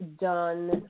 done